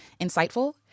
insightful